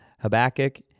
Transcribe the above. Habakkuk